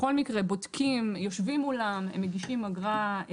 בכל מקרה, בודקים, יושבים מולם, הם מגישים אגרה.